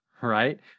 right